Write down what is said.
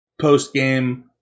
post-game